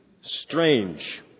strange